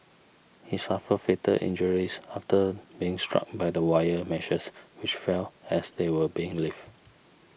he suffered fatal injuries after being struck by the wire meshes which fell as they were being lifted